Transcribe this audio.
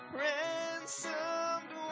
ransomed